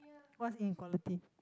what's inequality